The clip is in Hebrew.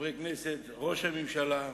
חברי הכנסת, ראש הממשלה,